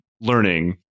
learning